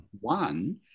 one